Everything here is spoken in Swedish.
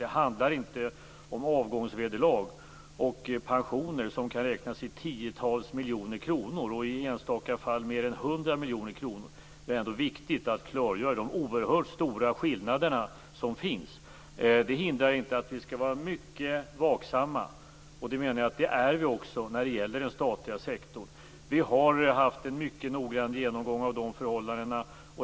Det handlar inte om avgångsvederlag och pensioner som kan räknas i tiotals miljoner kronor och i enstaka fall mer än hundra miljoner kronor. Det är ändå viktigt att klargöra de oerhört stora skillnaderna som finns. Det hindrar inte att vi skall vara mycket vaksamma. Det menar jag att vi också är när det gäller den statliga sektorn. Vi har haft en mycket noggrann genomgång av förhållandena.